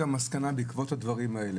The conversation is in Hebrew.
בעקבות הדברים האלה,